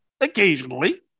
Occasionally